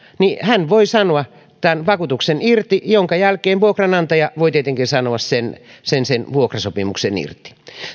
niin se voi sanoa tämän vakuutuksen irti minkä jälkeen vuokranantaja voi tietenkin sanoa sen sen vuokrasopimuksen irti